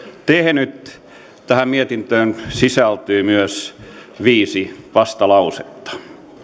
tehnyt tähän mietintöön sisältyy myös viisi vastalausetta